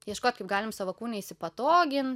ieškot kaip galim savo kūne įsipatogint